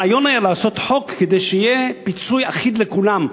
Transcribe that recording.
הרעיון היה לעשות חוק כדי שיהיה פיצוי אחיד לכולם,